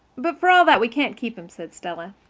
but for all that we can't keep him, said stella.